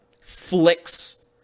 flicks